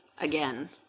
again